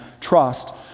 trust